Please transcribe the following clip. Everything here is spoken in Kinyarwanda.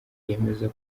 yemeza